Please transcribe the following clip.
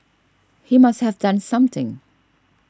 he must have done something